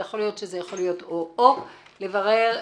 זה לברר,